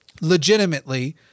legitimately